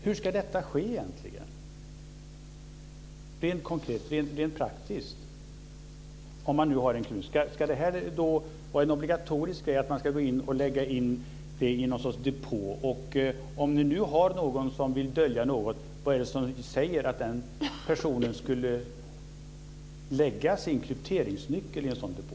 Hur ska detta ske egentligen rent praktiskt? Ska det vara obligatoriskt att man ska lägga in krypteringsnyckeln i någon sorts depå? Om det nu är någon som vill dölja något, vad är det då som säger att den personen skulle lägga sin krypteringsnyckel i en sådan depå?